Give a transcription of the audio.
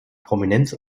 prominenz